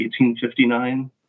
1859